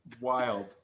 Wild